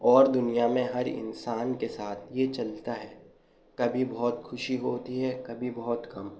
اور دنیا میں ہر انسان کے ساتھ یہ چلتا ہے کبھی بہت خوشی ہوتی ہے کبھی بہت غم